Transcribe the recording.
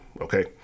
okay